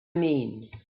mean